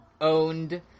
Owned